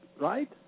Right